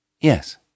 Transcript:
yes